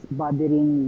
bothering